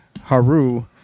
Haru